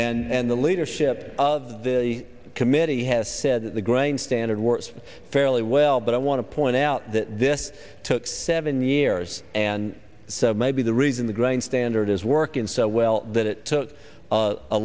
and the leadership of the committee has said that the grain standard works fairly well but i want to point out that this took seven years and so maybe the reason the grain standard is working so well that it took a